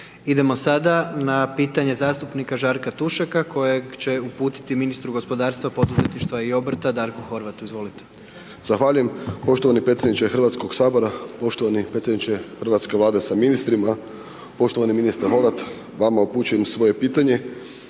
Idemo sada na pitanje zastupnika Žarka Tušeka kojeg će uputiti ministru gospodarstva, poduzetništva i obrta Darku Horvatu, izvolite. **Tušek, Žarko (HDZ)** Zahvaljujem poštovani predsjedniče Hrvatskog sabora. Poštovani predsjedniče hrvatske Vlade sa ministrima. Poštovani ministre Horvat, vama upućujem svoje pitanje.